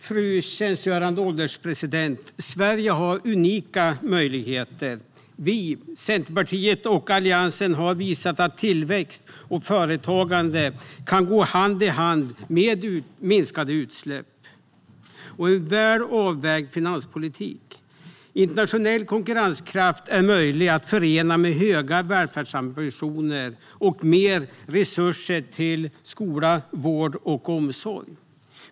Fru ålderspresident! Sverige har unika möjligheter. Vi - Centerpartiet och Alliansen - har visat att tillväxt och företagande kan gå hand i hand med minskade utsläpp och en väl avvägd finanspolitik. Internationell konkurrenskraft är möjlig att förena med höga välfärdsambitioner och mer resurser till skola, vård och omsorg.